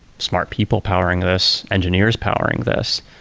smart people powering this, engineers powering this,